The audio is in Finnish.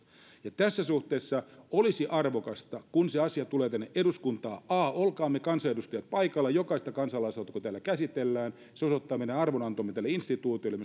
tässä suhteessa olisi arvokasta että kun se asia tulee tänne eduskuntaan me kansanedustajat olisimme paikalla kun jokaista kansalaisaloitetta täällä käsitellään se osoittaa meidän arvonantomme tälle instituutiolle